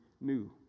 new